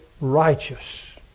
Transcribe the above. righteous